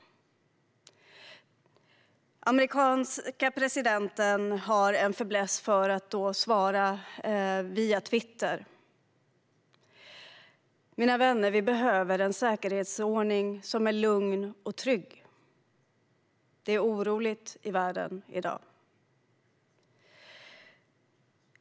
Den amerikanske presidenten har en fäbless för att svara via Twitter. Mina vänner! Vi behöver en säkerhetsordning som är lugn och trygg. Det är oroligt i världen i dag.